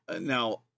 now